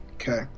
Okay